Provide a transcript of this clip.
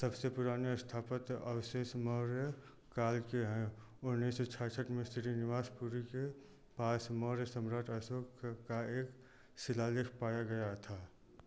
सबसे पुराने स्थापत्य अवशेष मौर्य काल के हैं उन्नीस सौ छियासठ में श्रीनिवास पुरी के पास मौर्य सम्राट अशोक का एक शिलालेख पाया गया था